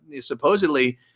supposedly